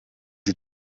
die